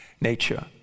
nature